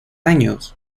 años